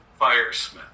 Firesmith